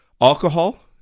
Alcohol